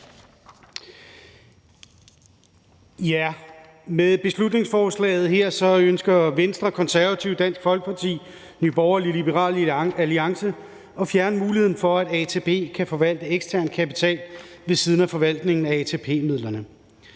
Med beslutningsforslaget her ønsker Venstre, Konservative, Dansk Folkeparti, Nye Borgerlige og Liberal Alliance at fjerne muligheden for, at ATP kan forvalte ekstern kapital ved siden af forvaltningen af ATP-midlerne.